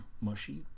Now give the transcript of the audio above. mushy